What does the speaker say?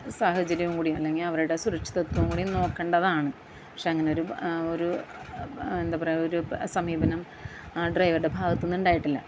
സാഹചര്യം കൂടി അല്ലെങ്കിൽ അവരുടെ സുരക്ഷിതത്വവും കൂടി നോക്കേണ്ടതാണ് പക്ഷേ അങ്ങനെ ഒരു ഒരു എന്താണ് പറയുക ഒരു സമീപനം ആ ഡ്രൈവറുടെ ഭാഗത്തുനിന്ന് ഉണ്ടായിട്ടില്ല